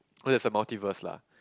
there's a multiverse lah